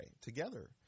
together